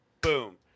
boom